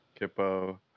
kippo